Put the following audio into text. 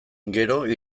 gero